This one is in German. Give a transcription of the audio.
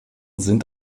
sind